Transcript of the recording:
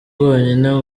bwonyine